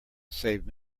save